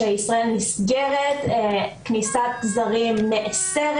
שישראל נסגרת וכניסת זרים נאסרת.